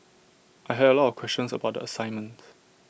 I had A lot of questions about assignment